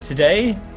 Today